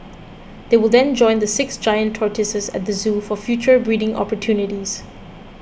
they will then join the six giant tortoises at the zoo for future breeding opportunities